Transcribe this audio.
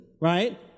right